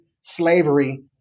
slavery